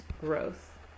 growth